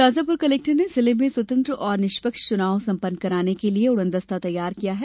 Shajapur collector ने जिले में स्वतंत्र ओर निष्पक्ष चुनाव संपन्न कराने के लिये उड़नदस्ता तैयार किया है